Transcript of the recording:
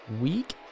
week